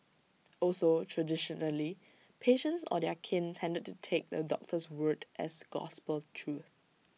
also traditionally patients or their kin tended to take the doctor's word as gospel truth